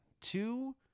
two